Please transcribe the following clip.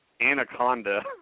Anaconda